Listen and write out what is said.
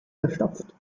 verstopft